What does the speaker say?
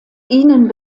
ihnen